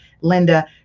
Linda